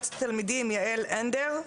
מועצת התלמידים, יעל הנדר,